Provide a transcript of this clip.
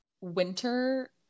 winter